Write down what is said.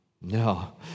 No